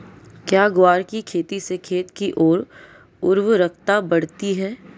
क्या ग्वार की खेती से खेत की ओर उर्वरकता बढ़ती है?